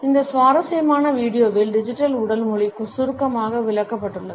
இந்த சுவாரஸ்யமான வீடியோவில் டிஜிட்டல் உடல் மொழி சுருக்கமாக விளக்கப்பட்டுள்ளது